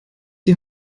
die